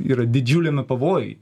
yra didžiuliame pavojuj